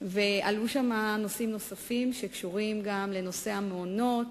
ועלו שם נושאים נוספים, שקשורים לנושא המעונות,